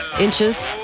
inches